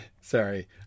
sorry